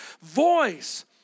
voice